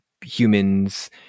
humans